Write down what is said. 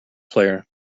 player